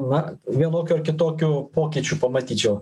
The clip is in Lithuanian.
va vienokių ar kitokių pokyčių pamatyčiau